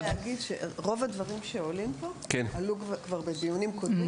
רוב הדברים שעולים פה כבר עלו בדיונים קודמים.